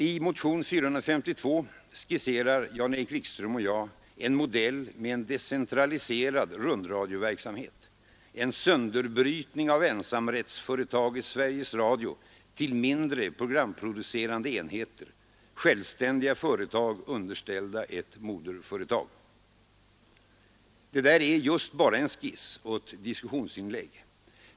I motion 452 skisserar Jan-Erik Wikström och jag en modell med en decentraliserad rundradioverksamhet, en sönderbrytning av ensamrättsföretaget Sveriges Radio till mindre, programproducerande enheter, självständiga företag underställda ett moderföretag. Detta är just bara en skiss och ett diskussionsinlägg.